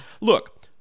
Look